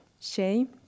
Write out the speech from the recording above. shame